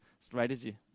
strategy